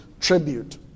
tribute